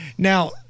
Now